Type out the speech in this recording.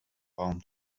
palm